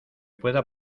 pueda